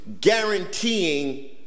guaranteeing